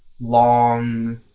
long